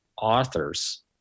authors